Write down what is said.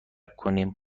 کنیم